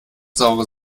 saure